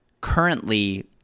currently